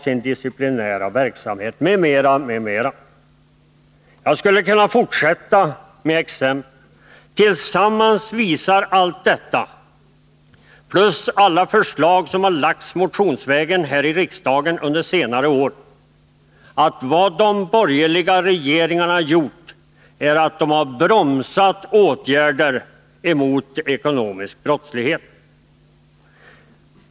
Tillsammans visar allt detta, plus alla förslag som under senare år har lagts fram motionsvägen här i riksdagen, att vad de borgerliga regeringarna gjort är att bromsa åtgärder mot ekonomisk brottslighet.